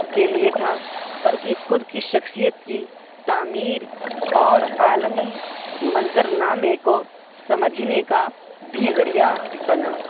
کے لیے تھا بلکہ خود کی شخصیت کی تعمیر اور عالمی منظر نامے کو سمجھنے کا بھی ذریعہ بنا